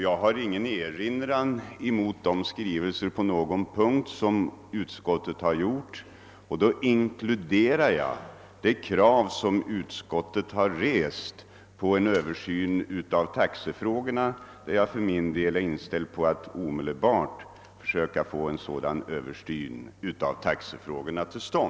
Jag har ingen erinran att göra mot utskottets skrivning på någon punkt. Då inkluderar jag det krav som utskottet har rest på en Översyn av taxefrågorna, där jag för min del är inställd på att omedelbart få till stånd en sådan Översyn.